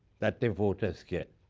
that the voters get.